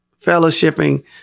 fellowshipping